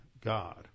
God